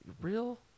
real